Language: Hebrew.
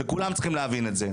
וכולם צריכים להבין את זה,